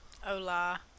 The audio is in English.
Hola